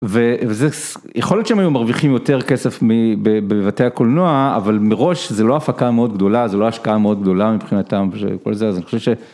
וזה, יכול להיות שהם היו מרוויחים יותר כסף מבבתי הקולנוע, אבל מראש זה לא הפקה מאוד גדולה, זה לא השקעה מאוד גדולה מבחינתם וכל זה, אז אני חושב ש...